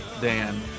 Dan